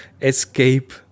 escape